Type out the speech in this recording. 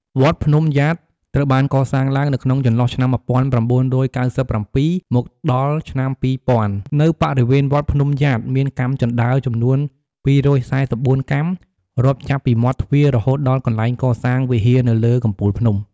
វត្តភ្នំយ៉ាត ត្រូវបានកសាងឡើងនៅក្នុងចន្លោះឆ្នាំ១៩៩៧ មកដល់ឆ្នាំ២០០០ នៅបរិវេនវត្តភ្នំយ៉ាត មានកាំជណ្តើរចំនួន២៤៤កាំ រាប់ចាប់ពីមាត់ទ្វាររហូតដល់កនែ្លងកសាងវិហារនៅលើកំពូលភ្នំ។